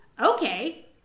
Okay